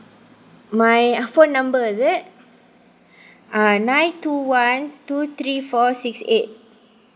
my phone number is it uh nine two one two three four six eight